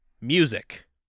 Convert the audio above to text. Music